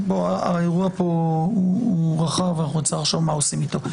האירוע פה רחב ונצטרך לחשוב מה עושים איתו.